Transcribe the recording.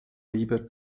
lieber